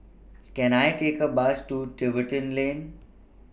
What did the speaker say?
Can I Take A Bus to Tiverton Lane